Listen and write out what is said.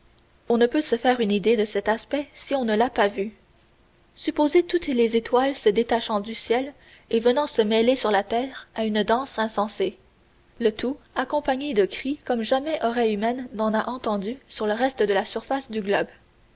on ne peut se faire une idée de cet aspect si on ne l'a pas vu supposez toutes les étoiles se détachant du ciel et venant se mêler sur la terre à une danse insensée le tout accompagné de cris comme jamais oreille humaine n'en a entendu sur le reste de la surface du globe